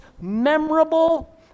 memorable